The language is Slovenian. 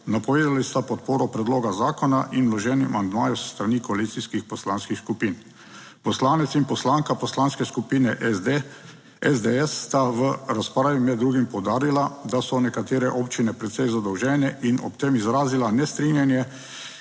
Napovedali sta podporo predloga zakona in vloženih amandmajev s strani koalicijskih poslanskih skupin. Poslanec in poslanka Poslanske skupine SD, SDS sta v razpravi med drugim poudarila, da so nekatere občine precej zadolžene in ob tem izrazila nestrinjanje